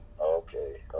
okay